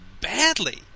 badly